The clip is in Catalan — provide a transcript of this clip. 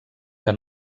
que